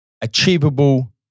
achievable